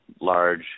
large